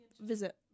visit